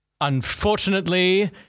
Unfortunately